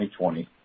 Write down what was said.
2020